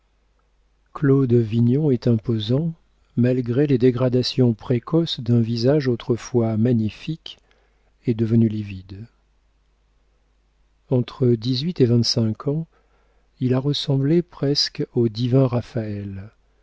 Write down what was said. claude vignon est imposant malgré les dégradations précoces d'un visage autrefois magnifique et devenu livide entre dix-huit et vingt-cinq ans il a ressemblé presque au divin raphaël